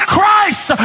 Christ